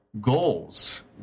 goals